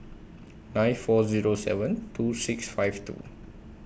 nine four Zero seven two six five two